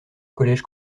college